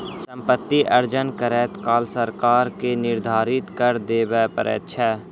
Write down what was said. सम्पति अर्जन करैत काल सरकार के निर्धारित कर देबअ पड़ैत छै